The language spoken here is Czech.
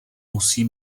musí